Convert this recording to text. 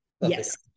Yes